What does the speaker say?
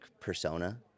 persona